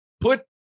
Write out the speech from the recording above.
Put